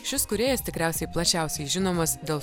šis kūrėjas tikriausiai plačiausiai žinomas dėl